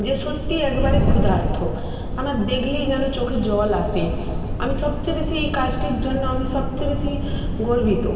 যে সত্যিই একবারে ক্ষুধার্ত আমার দেখলেই যেন চোখে জল আসে আমি সবচেয়ে বেশি এই কাজটির জন্য আমি সবচেয়ে বেশি গর্বিত